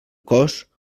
cos